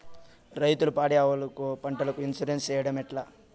రైతులు పాడి ఆవులకు, పంటలకు, ఇన్సూరెన్సు సేయడం ఎట్లా?